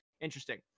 interesting